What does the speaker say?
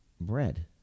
Bread